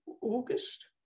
August